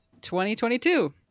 2022